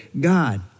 God